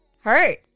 hurt